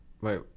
Wait